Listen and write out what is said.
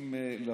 עם לפיד.